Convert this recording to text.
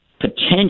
potential